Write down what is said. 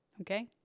okay